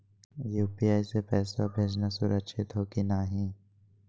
UPI स पैसवा भेजना सुरक्षित हो की नाहीं?